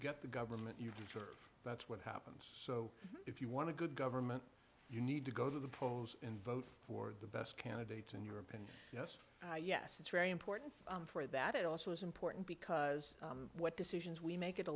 get the government you deserve that's what happens so if you want to good government you need to go to the polls and vote for the best candidates in europe and yes yes it's very important for that it also is important because what decisions we make it a